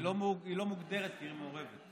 כי היא לא מוגדרת כעיר מעורבת.